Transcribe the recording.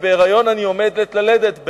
אני בהיריון ועומדת ללדת.